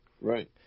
right